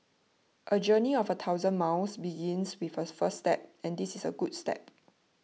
a journey of a thousand miles begins with a first step and this is a good step